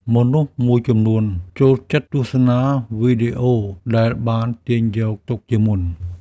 មនុស្សមួយចំនួនចូលចិត្តទស្សនាវីដេអូដែលបានទាញយកទុកជាមុន។